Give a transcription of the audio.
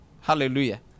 Hallelujah